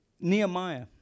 Nehemiah